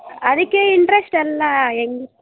ಅದಕ್ಕೆ ಇಂಟ್ರೆಶ್ಟ್ ಎಲ್ಲಾ ಹೆಂಗೆ